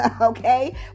okay